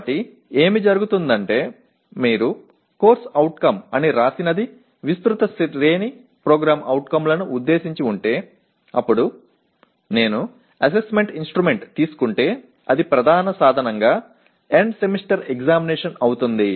కాబట్టి ఏమి జరుగుతుందంటే మీరు CO అని వ్రాసినది విస్తృత శ్రేణి PO లను ఉద్దేశించి ఉంటే అప్పుడు నేను అసెస్మెంట్ ఇన్స్ట్రుమెంట్ తీసుకుంటే అది ప్రధాన సాధనంగా ఎండ్ సెమిస్టర్ ఎగ్జామినేషన్ అవుతుంది